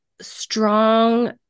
strong